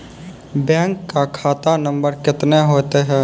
Bank का खाता नम्बर कितने होते हैं?